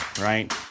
right